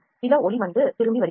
சில ஒளி வந்து திரும்பி வருகிறது